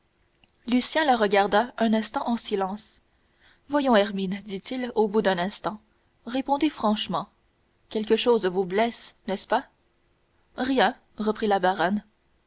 lucien la regarda un instant en silence voyons hermine dit-il au bout d'un instant répondez franchement quelque chose vous blesse n'est-ce pas rien reprit la baronne